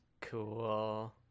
Cool